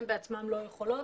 הן בעצמן לא יכולות.